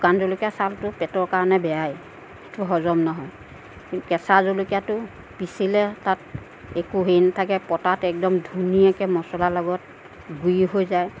শুকান জলকীয়া চালটো পেটৰ কাৰণে বেয়াই চালটো হজম নহয় কেঁচা জলকীয়াটো পিচিলে তাত একো হেৰি নাথাকে পতাত একদম ধুনীয়াকে মচলাৰ লগত গুৰি হৈ যায়